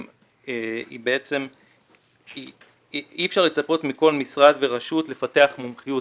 אי אפשר לצפות מכל משרד ורשות לפתח מומחיות.